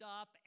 up